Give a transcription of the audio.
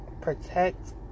Protect